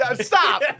Stop